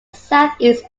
southeast